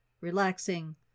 relaxing